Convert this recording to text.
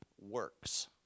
works